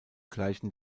gleichen